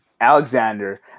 Alexander